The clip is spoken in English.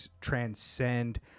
transcend